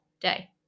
day